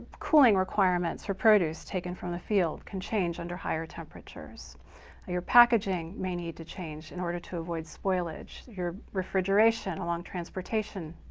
cooling requirements for produce taken from the field can change under higher temperatures or your packaging may need to change in order to avoid spoilage your refrigeration along transportation,